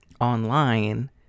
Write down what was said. online